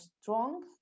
strong